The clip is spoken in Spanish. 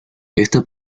esta